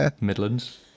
Midlands